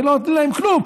ולא נותנים להם כלום.